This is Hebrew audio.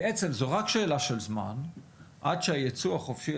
בעצם זו רק שאלה של זמן עד שהייצוא החופשי